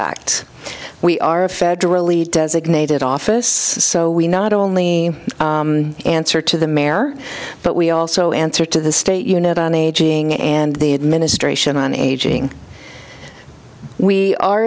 act we are a federally designated office so we not only answer to the mayor but we also answer to the state unit on aging and the administration on aging we are